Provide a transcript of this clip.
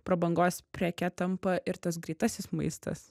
prabangos preke tampa ir tas greitasis maistas